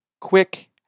quick